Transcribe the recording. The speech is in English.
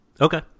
Okay